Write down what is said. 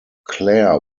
clair